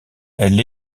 elle